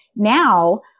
Now